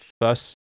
first